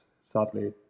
sadly